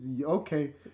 Okay